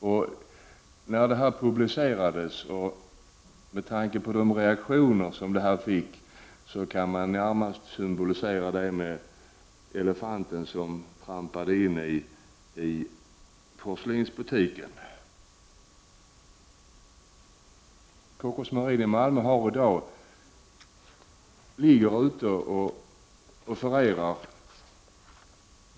Publiceringen av denna PM, och med tanke på reaktionerna, kan närmast symboliseras med elefanten som trampade in i porslinsbutiken. Kockums Marine offererar i dag för stora exportorder.